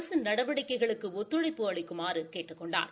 அரசின் நடவடிக்கைகளுக்கு ஒத்துழைப்பு அளிக்குமாறு பொதுமக்களை கேட்டுக் கொண்டார்